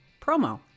promo